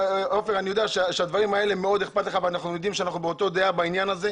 אני יודע שמאוד אכפת לך מהדברים האלה ואנחנו באותה דעה בעניין הזה.